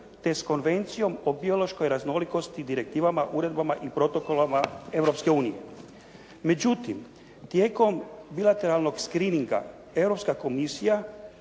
te s Konvencijom o biološkoj raznolikosti i direktivama, uredbama i protokolima Europske unije. Međutim, tijekom bilateralnog screeninga Europska komisija